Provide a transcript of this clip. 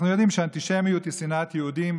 אנחנו יודעים שאנטישמיות היא שנאת יהודים,